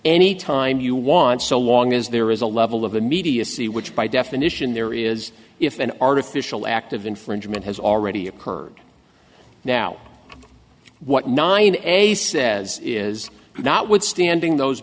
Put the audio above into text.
any time you want so long as there is a level of immediacy which by definition there is if an artificial act of infringement has already occurred now what nine eggs says is not withstanding those